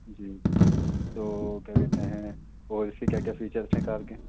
جی تو کیا کہتے ہیں اور اس کے کیا کیا فیچرس ہیں کار کے